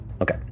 Okay